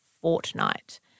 fortnight